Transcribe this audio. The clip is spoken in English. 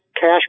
cash